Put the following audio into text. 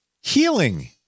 healing